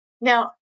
Now